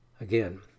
Again